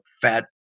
fat